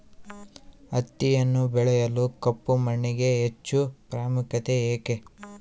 ಹತ್ತಿಯನ್ನು ಬೆಳೆಯಲು ಕಪ್ಪು ಮಣ್ಣಿಗೆ ಹೆಚ್ಚು ಪ್ರಾಮುಖ್ಯತೆ ಏಕೆ?